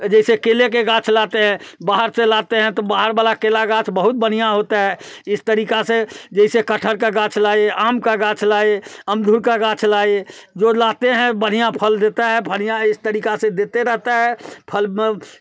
जैसे केले के गाछ लाते हैं बाहर से लाते हैं तो बाहर वाला केला गाछ बहुत बढ़िया होता है इस तरीका से जैसे कटहल का गाछ लाये आम का गाछ लाये अमरुद का गाछ लाये जो लाते हैं बढ़िया फल देता है बढ़िया इस तरीका से देते रहता है फल